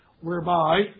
whereby